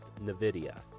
NVIDIA